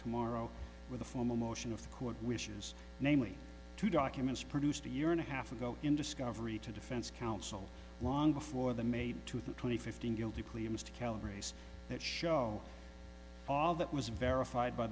tomorrow with a formal motion of the court wishes namely two documents produced a year and a half ago in discovery to defense counsel long before the made to the twenty fifteen guilty plea of mr calories that show all that was verified by